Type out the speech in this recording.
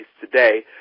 today